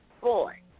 Boy